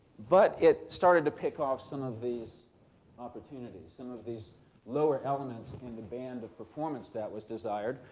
but it started to pick off some of these opportunities, some of these lower elements in the band of performance that was desired,